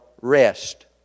rest